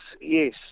yes